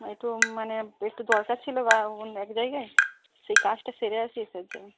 একটু মানে একটু দরকার ছিল বা অন্য এক জায়গায় সেই কাজটা সেরে আসছি তার জন্য